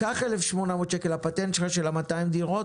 קח 1,800 שקל, הפטנט שלך של 200 דירות,